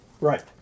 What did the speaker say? Right